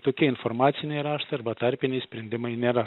tokie informaciniai raštai arba tarpiniai sprendimai nėra